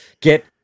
Get